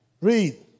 Read